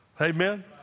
Amen